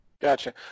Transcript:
Gotcha